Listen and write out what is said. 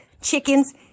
chickens